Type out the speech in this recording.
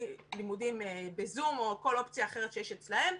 לימודים בזום או כל אופציה אחרת שיש אצלם,